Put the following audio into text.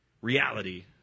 reality